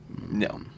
No